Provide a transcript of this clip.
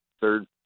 Third